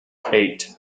eight